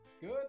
Good